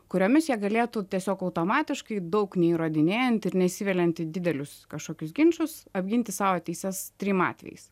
kuriomis jie galėtų tiesiog automatiškai daug neįrodinėjant ir neįsiveliant į didelius kažkokius ginčus apginti savo teises trim atvejais